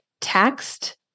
taxed